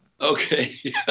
Okay